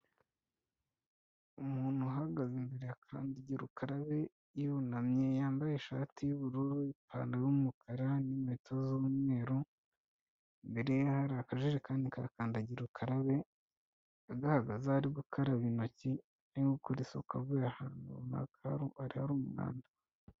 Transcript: Umuntu uhagaze imbere yandagira ukarabe, yunamye, yambaye ishati y'ubururu ipantaro y'umukara n'inkweto z'umweru, imbere akajerekani ka karakandagira ukarabe agahagaze ari gukaraba intoki, ari gukora isuka avuye ahantu runaka hari hari umwanda.